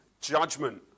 judgment